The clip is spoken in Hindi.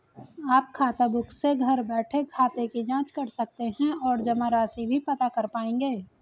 आप खाताबुक से घर बैठे खाते की जांच कर सकते हैं और जमा राशि भी पता कर पाएंगे